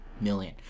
million